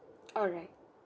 alright